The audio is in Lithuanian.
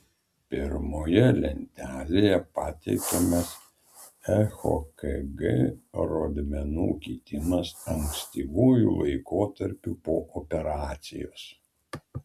pirmoje lentelėje pateikiamas echokg rodmenų kitimas ankstyvuoju laikotarpiu po operacijos